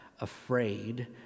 afraid